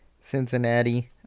Cincinnati